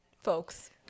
Folks